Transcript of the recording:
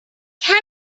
کمی